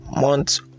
month